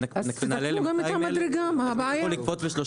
הם יוכלו לקפוץ ל-34